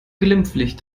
glimpflich